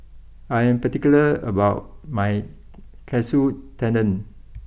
I am particular about my Katsu Tendon